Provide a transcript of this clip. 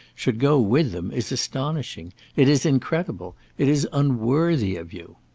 should go with them, is astonishing it is incredible it is unworthy of you.